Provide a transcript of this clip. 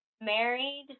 married